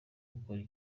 ukora